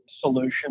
solution